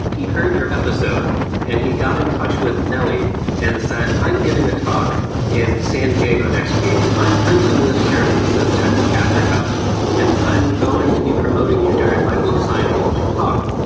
he heard your episode and he got in touch with nelly and said, i'm giving a talk in san diego next week. i'm printing this shirt that says techlit africa and i'm going to be promoting you during my book signing in my talk.